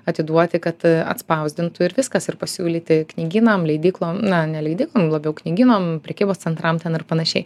atiduoti kad atspausdintų ir viskas ir pasiūlyti knygynam leidyklom na ne leidyklom labiau knygynam prekybos centram ten ir panašiai